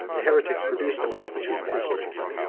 the heretics produced a multitude of histories,